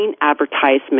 advertisement